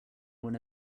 when